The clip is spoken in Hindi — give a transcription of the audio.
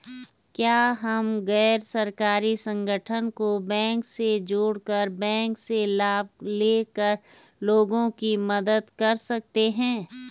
क्या हम गैर सरकारी संगठन को बैंक से जोड़ कर बैंक से लाभ ले कर लोगों की मदद कर सकते हैं?